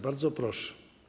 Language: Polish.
Bardzo proszę.